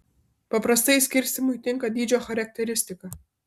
paprastai skirstymui tinka dydžio charakteristika